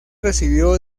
recibió